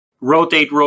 rotate